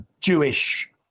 jewish